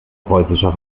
preußischer